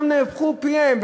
דברי כולם נהפכו על פיהם,